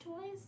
toys